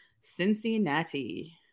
Cincinnati